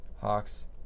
Hawks